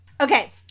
Okay